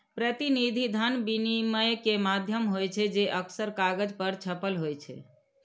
प्रतिनिधि धन विनिमय के माध्यम होइ छै, जे अक्सर कागज पर छपल होइ छै